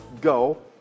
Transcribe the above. go